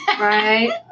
Right